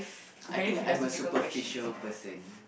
I think I'm a superficial person